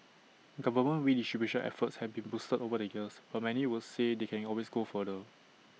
government redistribution efforts have been boosted over the years but many would say they can always go further